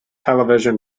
television